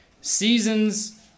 seasons